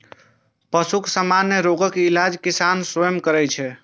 पशुक सामान्य रोगक इलाज किसान स्वयं करै छै